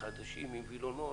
חדשים, עם וילונות,